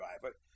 driver